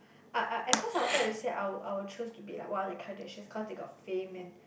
ah ah at first I wanted to say I'll I'll choose to be like one of the kardashians cause they got fame and